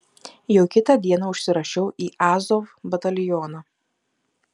jau kitą dieną užsirašiau į azov batalioną